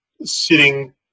sitting